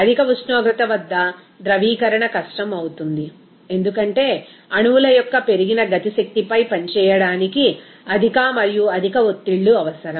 అధిక ఉష్ణోగ్రత వద్ద ద్రవీకరణ కష్టం అవుతుంది ఎందుకంటే అణువుల యొక్క పెరిగిన గతి శక్తిపై పని చేయడానికి అధిక మరియు అధిక ఒత్తిళ్లు అవసరం